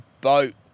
boat